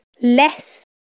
less